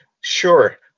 Sure